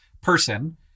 person